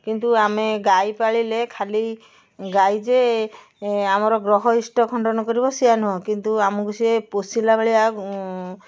କିନ୍ତୁ ଆମେ ଗାଈ ପାଳିଲେ ଖାଲି ଗାଈ ଯେ ଆମର ଗ୍ରହ ଇଷ୍ଟ ଖଣ୍ଡନ କରିବ ସେଇଆ ନୁହେଁ କିନ୍ତୁ ଆମକୁ ସେ ପୋଷିଲା ଭଳିଆ